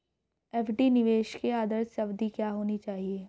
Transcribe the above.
FD निवेश की आदर्श अवधि क्या होनी चाहिए?